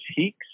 Heeks